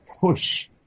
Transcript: push